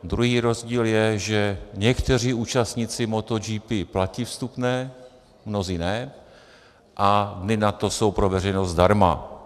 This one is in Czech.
Druhý rozdíl je, že někteří účastníci Moto GP platí vstupné, mnozí ne, a Dny NATO jsou pro veřejnost zdarma.